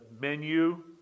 menu